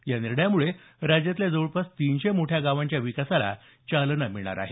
या निर्णयामुळे राज्यातील जवळपास तीनशे मोठ्या गावांच्या विकासाला चालना मिळणार आहे